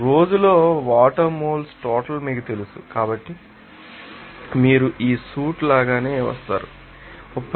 రోజులో water moles total మీకు తెలుసు కాబట్టి మీరు ఈ సూట్ లాగానే వస్తారు 33